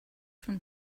from